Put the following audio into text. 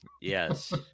Yes